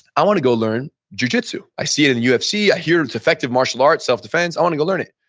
i want to go learn jujitsu. i see it in the ufc, i hear it's effective martial arts self defense, i want to go learn it.